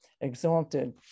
exalted